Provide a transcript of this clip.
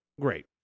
great